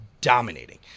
dominating